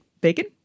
bacon